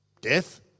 Death